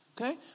Okay